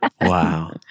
Wow